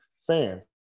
fans